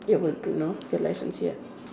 able to know get license yet